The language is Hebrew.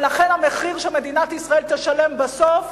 ולכן המחיר שמדינת ישראל תשלם בסוף,